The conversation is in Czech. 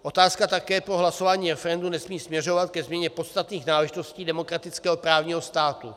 Otázka také pro hlasování v referendu nesmí směřovat ke změně podstatných náležitostí demokratického právního státu.